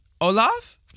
Olaf